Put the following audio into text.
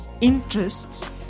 interests